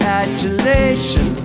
adulation